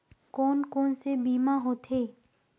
कोन कोन से बीमा होथे?